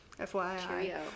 FYI